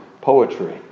poetry